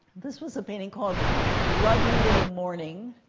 this was a painting called love you in the morning.